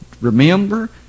remember